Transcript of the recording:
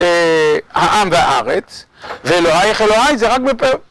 העם והארץ, ואלוהיך אלוהי, זה רק ב...